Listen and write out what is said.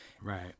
Right